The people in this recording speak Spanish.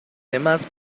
demás